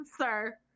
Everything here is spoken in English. sir